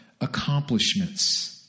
Accomplishments